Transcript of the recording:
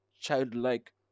Childlike